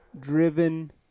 driven